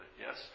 yes